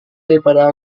daripada